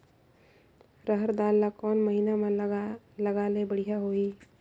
रहर दाल ला कोन महीना म लगाले बढ़िया होही?